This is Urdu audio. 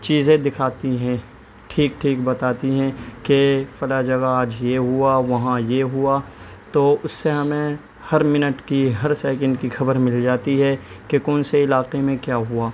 چیزیں دکھاتی ہیں ٹھیک ٹھیک بتاتی ہیں کہ فلاں جگہ آج یہ ہوا وہاں یہ ہوا تو اس سے ہمیں ہر منٹ کی ہر سیکنڈ کی خبر مل جاتی ہے کہ کون سے علاقے میں کیا ہوا